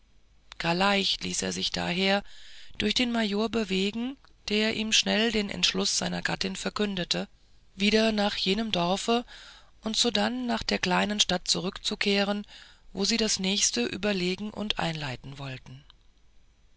leicht ließ er sich daher durch den major bewegen der ihm schnell den entschluß seiner gattin verkündigte wieder nach jenem dorfe und sodann nach der kleinen stadt zurückzukehren wo sie das nächste überlegen und einleiten wollten